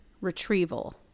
retrieval